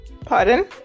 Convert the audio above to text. pardon